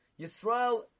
Yisrael